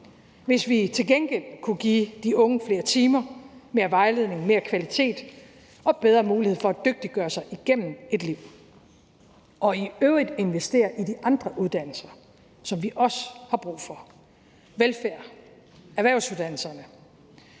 hvis vi til gengæld kunne give de unge flere timer, mere vejledning, mere kvalitet og bedre mulighed for at dygtiggøre sig igennem et liv og i øvrigt investere i de andre uddannelser, som vi også har brug for: velfærds- og erhvervsuddannelserne?